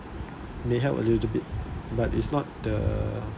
may help a little bit but it's not the